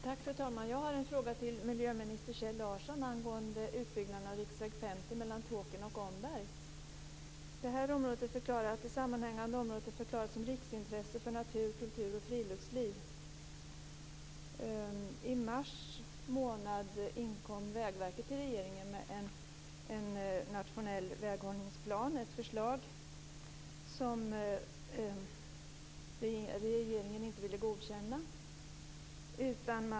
Fru talman! Jag har en fråga till miljöminister mellan Tåkern och Omberg. Detta sammanhängande område är förklarat som riksintresse för natur, kultur och friluftsliv. I mars månad inkom Vägverket till regeringen med ett förslag till en nationell väghållningsplan, ett förslag som regeringen inte ville godkänna.